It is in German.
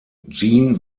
gene